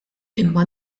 imma